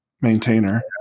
maintainer